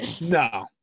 no